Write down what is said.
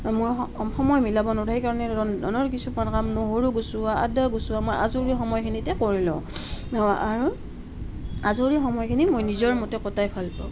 মই সময় মিলাব নোৱাৰোঁ সেইকাৰণে ৰন্ধনৰ কিছুমান কাম নহৰু গুচোৱা আদা গুচোৱা মই আজৰি সময়খিনিতে কৰি লওঁ আৰু আজৰি সময়খিনি মই নিজৰ মতে কটাই ভাল পাওঁ